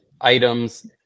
items